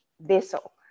vessel